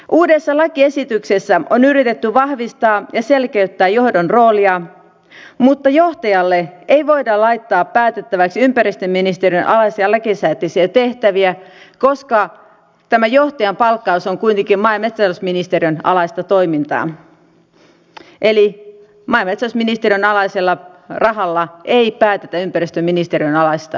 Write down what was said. uudessa lakiesityksessä on yritetty vahvistaa ja selkeyttää johdon roolia mutta johtajalle ei voida laittaa päätettäväksi ympäristöministeriön alaisia lakisääteisiä tehtäviä koska tämä johtajan palkkaus on kuitenkin maa ja metsätalousministeriön alaista toimintaa eli maa ja metsätalousministeriön alaisella rahalla ei päätetä ympäristöministeriön alaisista asioista